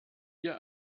ihr